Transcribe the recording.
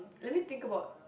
let me think about